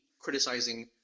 criticizing